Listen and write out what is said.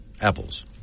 apples